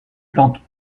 plantes